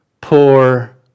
poor